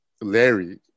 Larry